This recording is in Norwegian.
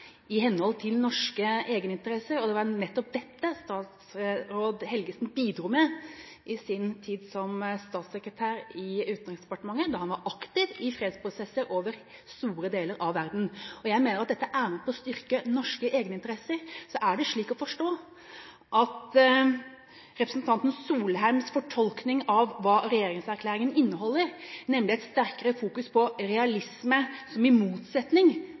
i henhold til norske egeninteresser. Det var nettopp dette statsråd Helgesen bidro med i sin tid som statssekretær i Utenriksdepartementet, da han var aktiv i fredsprosesser over store deler av verden. Jeg mener dette er med på å styrke norske egeninteresser. Er det slik å forstå at representanten Norheims fortolkning av hva regjeringserklæringen inneholder, nemlig en sterkere fokusering på realisme, i motsetning